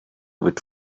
with